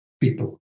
people